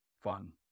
fun